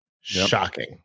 shocking